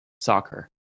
soccer